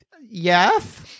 Yes